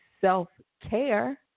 self-care